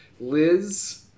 Liz